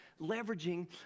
leveraging